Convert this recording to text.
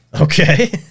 Okay